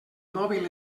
mòbil